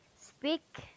speak